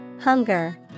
Hunger